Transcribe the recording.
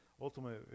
ultimately